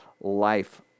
life